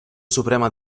suprema